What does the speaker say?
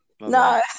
no